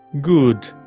Good